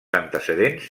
antecedents